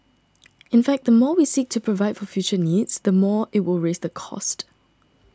in fact the more we seek to provide for future needs the more it will raise the cost